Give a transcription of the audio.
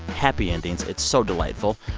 happy endings. it's so delightful.